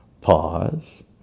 Pause